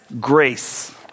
grace